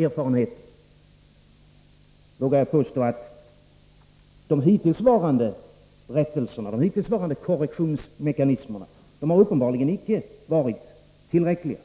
visar nämligen, vågar jag påstå, att de hittillsvarande rättelserna och korrektionsmekanismerna uppenbarligen icke har varit tillräckliga.